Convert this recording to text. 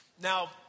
Now